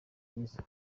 myiza